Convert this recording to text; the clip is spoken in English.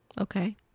Okay